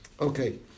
Okay